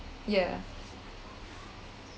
yeah